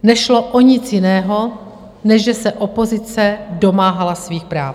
Nešlo o nic jiného, než že se opozice domáhala svých práv.